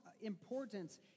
importance